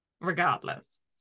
regardless